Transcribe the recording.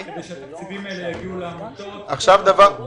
ושהתקציבים האלה יגיעו לעמותות עד סוף החודש.